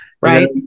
Right